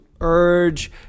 urge